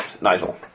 Nigel